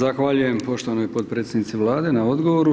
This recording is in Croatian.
Zahvaljujem poštovanoj potpredsjednici vlade na odgovoru.